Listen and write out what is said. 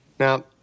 Now